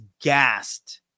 gassed